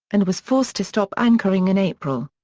and was forced to stop anchoring in april.